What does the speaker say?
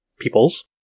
peoples